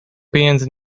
pieniędzy